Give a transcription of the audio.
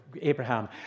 Abraham